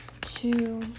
two